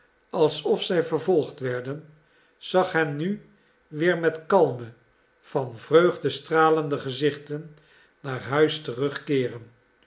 alsof zij vervolgd werden zag hen nu weer met kalme van vreugde stralende gezichten naar huis terugkeeren